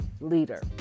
leader